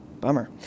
Bummer